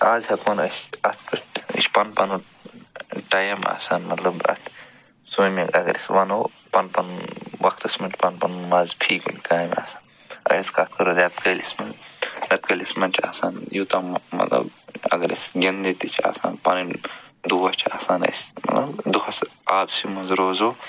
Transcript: آز ہٮ۪کَو نہٕ أسی اَتھ پٮ۪ٹھ یہِ چھِ پَنُن پَنُن ٹایَم آسان مطلب اَتھ سِومِنٛگ اگر أسۍ وَنَو پَن پَنُن وقتَس پٮ۪ٹھ پَن پَنُن مَزٕ فی کُنہِ کامہِ آسان اگر أسۍ کَتھ کَرَو رٮ۪تہٕ کٲلِس منٛز رٮ۪تہٕ کٲلِس منٛز چھِ آسان یوٗتاہ مہٕ مطلب اگر أسۍ گِنٛدنہِ تہِ چھِ آسان پَنٕنۍ دوس چھِ آسان اَسہِ مطلب دۄہَس آبسٕے منٛز روزَو